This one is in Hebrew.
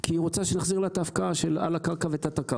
כי היא רוצה שנחזיר לה את ההפקעה על הקרקע ותת-הקרקע.